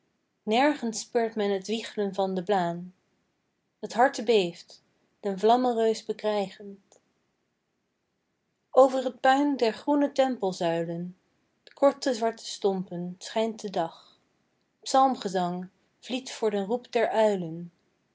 nergens speurt men t wieglen van de blaân t harte beeft den vlammenreus bekrijgend over t puin der groene tempelzuilen korte zwarte stompen schijnt de dag psalmgezang vliedt voor den roep der uilen